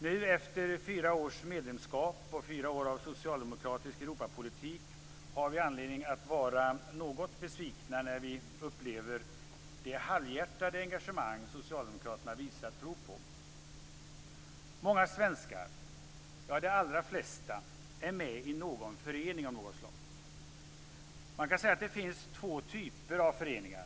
Nu, efter fyra års medlemskap och fyra år av socialdemokratisk Europapolitik har vi anledning att vara något besvikna när vi upplever det halvhjärtade engagemang socialdemokraterna visar prov på. Många svenskar, ja de allra flesta, är med i någon förening av något slag. Man kan säga att det finns två typer av föreningar.